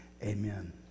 amen